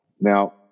Now